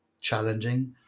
challenging